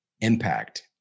impact